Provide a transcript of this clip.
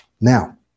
Now